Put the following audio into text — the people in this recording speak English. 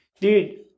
dude